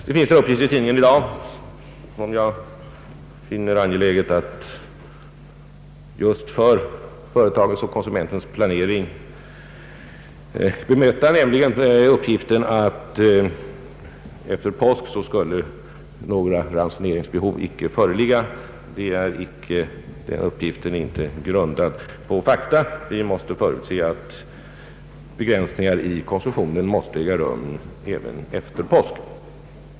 Det finns vissa uppgifter i tidningarna i dag, som jag just för företagens och konsumenternas planering finner det angeläget att bemöta, nämligen att det efter påsk inte skulle föreligga något ransoneringsbehov. Den uppgiften är inte grundad på fakta. Vi måste förutse att begränsningar i konsumtionen erfordras även efter påsk.